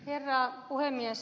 herra puhemies